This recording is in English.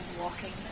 walking